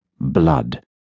Blood